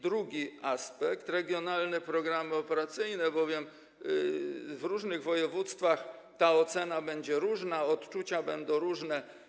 Drugi aspekt to regionalne programy operacyjne, bowiem w różnych województwach ta ocena będzie różna, odczucia będą różne.